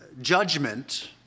judgment